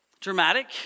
dramatic